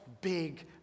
big